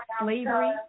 slavery